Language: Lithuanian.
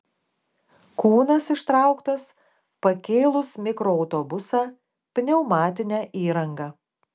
kūnas ištrauktas pakėlus mikroautobusą pneumatine įranga